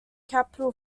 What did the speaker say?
capital